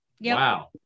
Wow